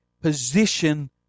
position